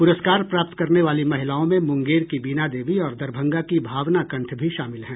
पुरस्कार प्राप्त करने वाली महिलाओं में मुंगेर की बीना देवी और दरभंगा की भावना कंठ भी शामिल हैं